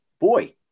boy